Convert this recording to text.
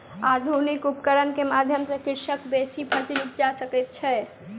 आधुनिक उपकरण के माध्यम सॅ कृषक बेसी फसील उपजा सकै छै